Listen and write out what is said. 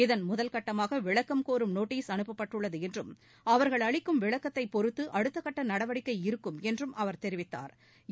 இதன் முதல்கட்டமாக விளக்கம் கோரும் நோட்டீஸ் அனுப்பப்பட்டுள்ளது என்றும் அவர்கள் அளிக்கும் விளக்கத்தை பொறுத்து அடுத்தகட்ட நடவடிக்கை இருக்கும் என்றும் அவர் தெரிவித்தாா்